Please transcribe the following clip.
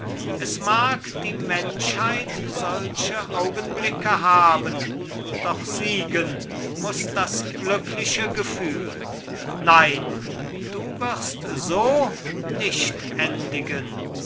es mag die menschheit solche augenblicke haben doch siegen muß das glückliche gefühl nein du wirst so nicht endigen